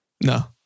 No